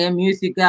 music